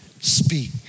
speak